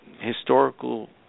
historical